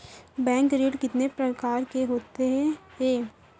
Bank ऋण कितने परकार के होथे ए?